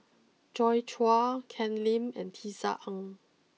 Joi Chua Ken Lim and Tisa Ng